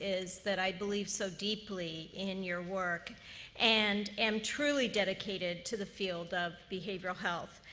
is that i believe so deeply in your work and am truly dedicated to the field of behavioral health.